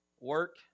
work